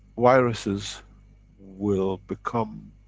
viruses will become